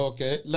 Okay